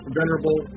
venerable